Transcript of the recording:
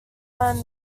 learned